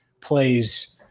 plays